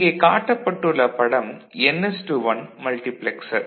இங்கே காட்டப்பட்டுள்ள படம் n 1 மல்டிபிளக்சர்